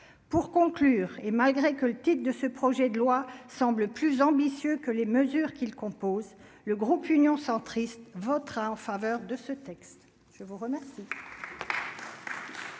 pour conclure et malgré que le titre de ce projet de loi semble plus ambitieux que les mesures qui le composent le groupe Union centriste votera en faveur de ce texte, je vous remercie.